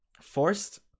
forced